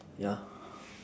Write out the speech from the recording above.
ya